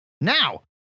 Now